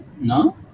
No